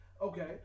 Okay